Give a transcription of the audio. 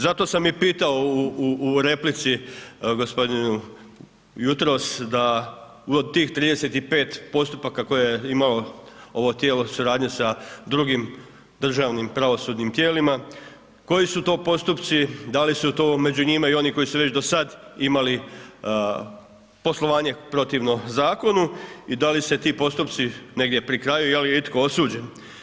Zato sam i pitao i replici gospodinu jutros da ured tih 35 postupaka koje imao, ovo tijelo suradnje sa drugim državnim pravosudnim tijelima, koji su to postupci, da li su tu među njima i oni koji su već dosad imali poslovanje protivno zakonu i da li su ti postupci negdje pri kraju, je li itko osuđen.